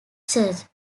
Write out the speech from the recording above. church